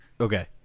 Okay